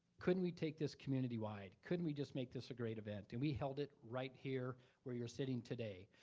couldn't we take this community wide? couldn't we just make this a great event? and we held it right here where you're sitting today.